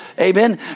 Amen